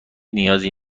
نیازی